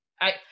I-